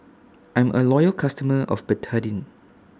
I'm A Loyal customer of Betadine